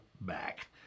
back